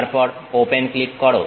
তারপর open click করো